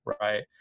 Right